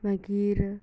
मागीर